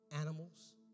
animals